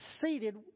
seated